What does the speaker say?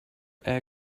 air